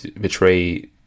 betray